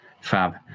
Fab